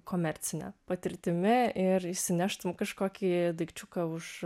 komercine patirtimi ir išsineštum kažkokį daikčiuką už